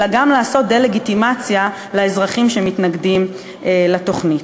אלא גם לעשות דה-לגיטימציה לאזרחים שמתנגדים לתוכנית.